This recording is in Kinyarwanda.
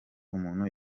umuntu